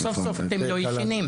סוף סוף אתם לא ישנים.